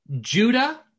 Judah